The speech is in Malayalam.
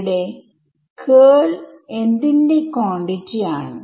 ഇത് ക്വാഡ്രാറ്റിക് ഇക്വേഷൻ ആണ്